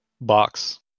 box